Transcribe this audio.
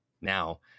Now